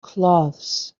cloths